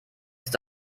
ist